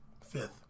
fifth